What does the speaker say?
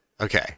Okay